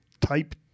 type